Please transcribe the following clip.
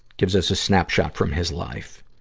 gives us a snapshot from his life.